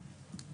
הישיבה,